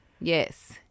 Yes